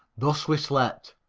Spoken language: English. thus we slept,